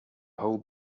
whole